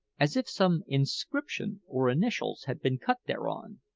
as if some inscription or initials had been cut thereon.